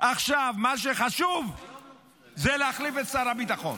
עכשיו מה שחשוב זה להחליף את שר הביטחון.